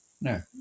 No